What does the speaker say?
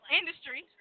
industry